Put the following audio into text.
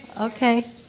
Okay